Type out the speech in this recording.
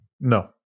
No